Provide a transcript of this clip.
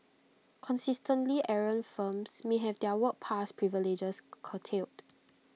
consistently errant firms may have their work pass privileges curtailed